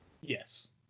Yes